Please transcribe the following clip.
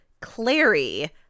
Clary